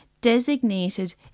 designated